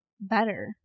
better